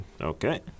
Okay